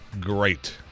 great